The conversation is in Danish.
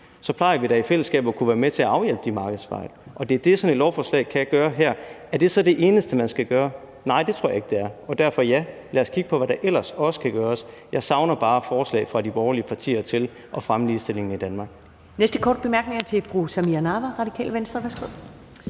Så plejer vi da i fællesskab at kunne være med til at afhjælpe de markedsfejl, og det er det, sådan et lovforslag kan gøre her. Er det så det eneste, man skal gøre? Nej, det tror jeg ikke det er. Og derfor: Ja, lad os kigge på, hvad der ellers kan gøres. Jeg savner bare forslag fra de borgerlige partier til at fremme ligestillingen i Danmark.